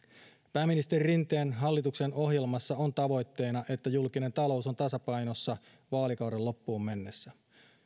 pääministeri rinteen hallituksen ohjelmassa on tavoitteena että julkinen talous on tasapainossa vaalikauden loppuun mennessä